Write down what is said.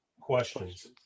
questions